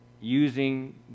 using